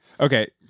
Okay